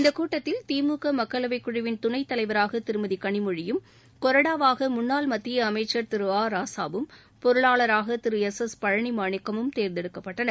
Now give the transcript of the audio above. இந்தக் கூட்டத்தில் திமுக மக்களவைக்குழுவின் துணைத்தலைவராக திருமதி கனிமொழியும் கொறடாவாக முன்னாள் மத்திய அமச்சர் திரு ஆ ராசாவும் பொருளாளராக திரு எஸ் எஸ் பழனிமாணிக்கமும் தேர்ந்தெடுக்கப்பட்டனர்